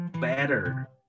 better